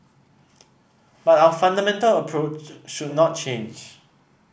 but our fundamental approach should not change